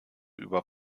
über